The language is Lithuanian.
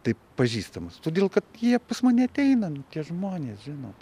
taip pažįstamas todėl kad jie pas mane ateina nu tie žmonės žinot